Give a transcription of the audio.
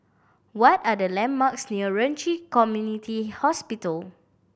what are the landmarks near Ren Ci Community Hospital